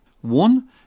One